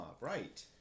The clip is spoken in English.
Right